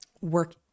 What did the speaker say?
work